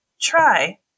try